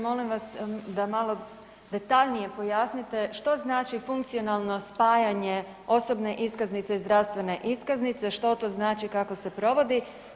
Molim vas da malo detaljnije pojasnite što znači funkcionalno spajanje osobne iskaznice i zdravstvene iskaznice, što to znači i kako se provodi?